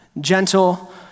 gentle